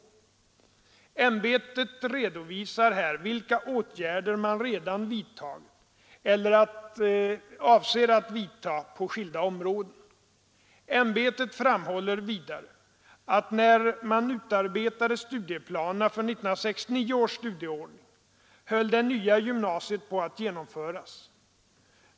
Ämbetet redovisar här vilka åtgärder man redan vidtagit eller avser att vidta på skilda områden. Ämbetet framhåller vidare att när man utarbetade studieplanerna för 1969 års studieordning höll det nya gymnasiet på att genomföras.